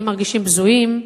הם מרגישים בזויים,